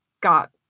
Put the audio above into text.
got